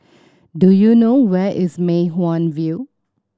do you know where is Mei Hwan View